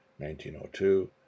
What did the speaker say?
1902